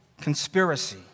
conspiracy